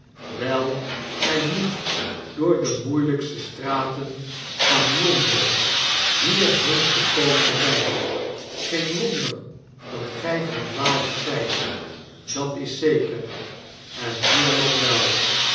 wei gy moet door de moeielykste straten van l o nden hierheen gekomen zyn geen wonder dat gy verdwaald zyt dat is zeker en hier nog wel